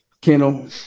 kennel